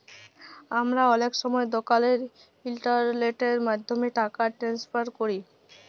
আমরা অলেক সময় দকালের ইলটারলেটের মাধ্যমে টাকা টেনেসফার ক্যরি